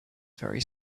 very